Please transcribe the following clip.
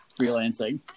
freelancing